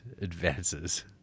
advances